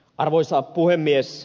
arvoisa puhemies